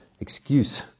excuse